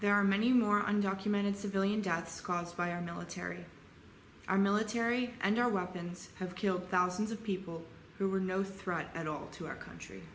there are many more undocumented civilian deaths caused by our military our military and our weapons have killed thousands of people who are no threat at all to our country